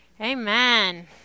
amen